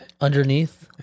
Underneath